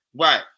Right